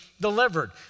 delivered